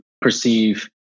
perceive